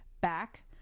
back